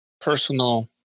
personal